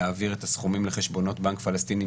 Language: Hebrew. להציע כרטיסי Debit; שניים,